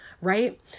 right